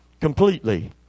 completely